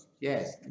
Yes